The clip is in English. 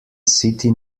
city